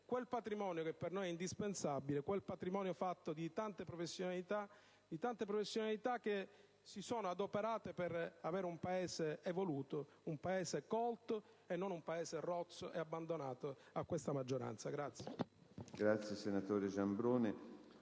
quel patrimonio per noi indispensabile, fatto di tante professionalità che si sono adoperate per avere un Paese evoluto e colto, e non un Paese rozzo e abbandonato a questa maggioranza.